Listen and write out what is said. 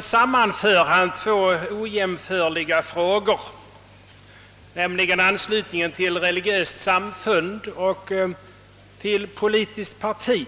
sammanför han emellertid två ojämförliga frågor, nämligen anslutningen till religiöst samfund och anslutningen till politiskt parti.